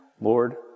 Lord